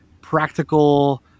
practical